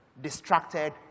distracted